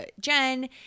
Jen